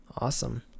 awesome